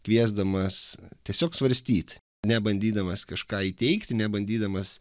kviesdamas tiesiog svarstyt nebandydamas kažką įteigti nebandydamas